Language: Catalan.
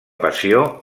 passió